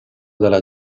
dalla